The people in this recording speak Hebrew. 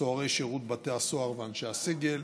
סוהרי שירות בתי הסוהר ואנשי הסגל,